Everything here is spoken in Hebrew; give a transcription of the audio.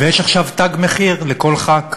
ויש עכשיו תג מחיר לכל חבר כנסת.